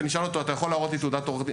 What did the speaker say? ונשאל אותו: אתה יכול להראות לי תעודת עורך-דין?